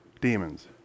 demons